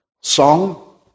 song